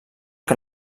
que